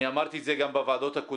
אני אמרתי את זה גם בוועדות הקודמות.